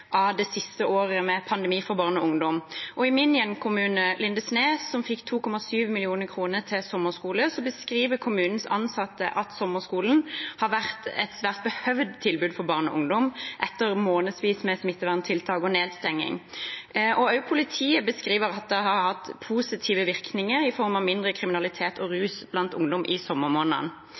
av det siste året med pandemi for barn og ungdom. I min hjemkommune, Lindesnes, som fikk 2,7 mill. kr til sommerskole, beskriver kommunens ansatte at sommerskolen har vært et svært behøvd tilbud for barn og ungdom etter månedsvis med smitteverntiltak og nedstenging. Også politiet beskriver at det har hatt positive virkninger i form av mindre kriminalitet og rus blant ungdom i sommermånedene.